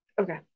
okay